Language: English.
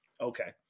okay